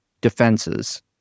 defenses